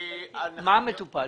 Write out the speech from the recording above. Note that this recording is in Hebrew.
מה מטופל?